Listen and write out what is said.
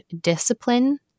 discipline